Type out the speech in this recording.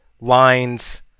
lines